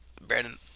Brandon